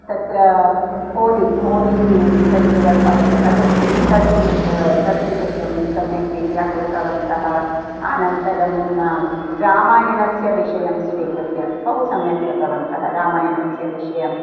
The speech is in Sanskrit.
तत्र होलिका होली फ़ेस्टिवल् भवति खलु तद् नृत्यं तद् नृत्यं सम्यक् रीत्या कृतवन्तः अनन्तरं रामायणस्य विषयं स्वीकृत्य बहु सम्यक् कृतवन्तः रामायणस्य विषये